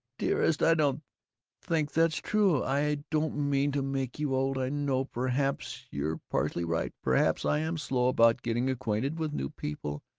dearest, i don't think that's true. i don't mean to make you old, i know. perhaps you're partly right. perhaps i am slow about getting acquainted with new people.